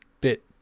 bit